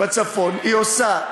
היא עושה,